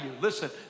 Listen